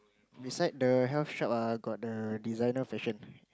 beside the health shop uh got the designer fashion